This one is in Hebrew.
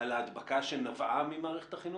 על ההדבקה שנבעה ממערכת החינוך?